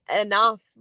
enough